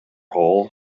hole